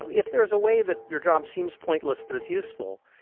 if there's a way that your job seems pointless but it's useful,